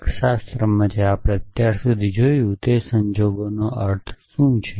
તર્કશાસ્ત્રમાં જે આપણે અત્યાર સુધી જોયું છે તે સંજોગોનો અર્થ શું છે